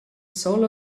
soul